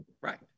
Right